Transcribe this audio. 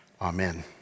Amen